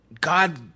God